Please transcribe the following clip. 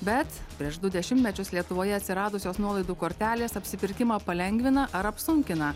bet prieš du dešimtmečius lietuvoje atsiradusios nuolaidų kortelės apsipirkimą palengvina ar apsunkina